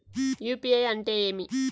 UPI అంటే ఏమి?